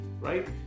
right